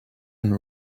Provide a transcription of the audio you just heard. and